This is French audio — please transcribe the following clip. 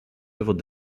œuvre